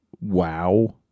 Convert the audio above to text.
wow